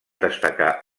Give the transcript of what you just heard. destacar